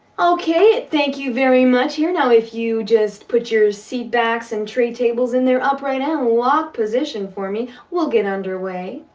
okay, thank you very much here, now if you just put your seat backs and tray tables in their upright and locked position for me we'll get under way.